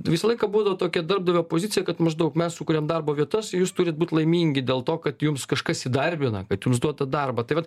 visą laiką būdavo tokia darbdavio pozicija kad maždaug mes sukuriam darbo vietas jūs turit būt laimingi dėl to kad jums kažkas įdarbina kad jums duot tą darbą tai vat